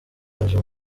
aje